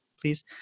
please